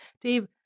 Dave